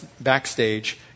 backstage